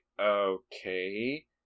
okay